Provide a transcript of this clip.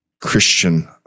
Christian